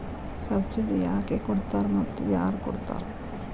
Subsidy ಯಾಕೆ ಕೊಡ್ತಾರ ಮತ್ತು ಯಾರ್ ಕೊಡ್ತಾರ್?